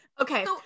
Okay